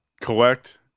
collect